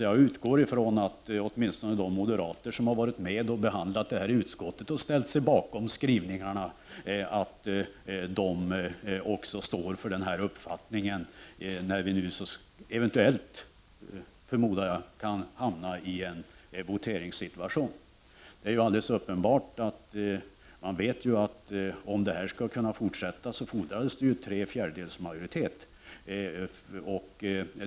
Jag utgår ifrån att åtminstone de moderater som i utskottet varit med och behandlat ärendet och där ställt sig bakom utskottets skrivningar också står för den uppfattningen, om vi hamnar i en voteringssituation. För att försöksverksamheten skall kunna fortsätta fordras tre fjärdedels majoritet.